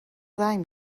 زنگ